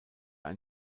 ein